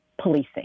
policing